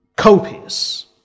copious